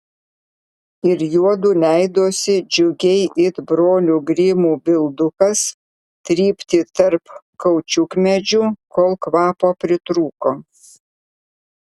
ir juodu leidosi džiugiai it brolių grimų bildukas trypti tarp kaučiukmedžių kol kvapo pritrūko